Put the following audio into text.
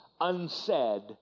unsaid